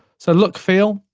so look feel,